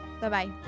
bye-bye